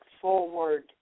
forward